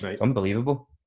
unbelievable